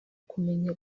kumenya